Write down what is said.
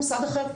מוסד אחר,